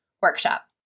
workshop